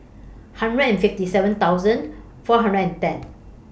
hundred and fifty seven thousand four hundred and ten